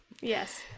Yes